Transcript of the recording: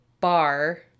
bar